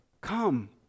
come